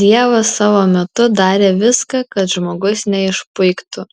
dievas savo metu darė viską kad žmogus neišpuiktų